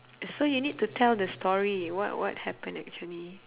so you need to tell the story what what happen actually